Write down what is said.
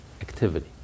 activity